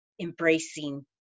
embracing